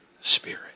spirit